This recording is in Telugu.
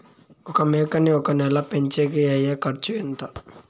ఒక మేకని ఒక నెల పెంచేకి అయ్యే ఖర్చు ఎంత?